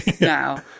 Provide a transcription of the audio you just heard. now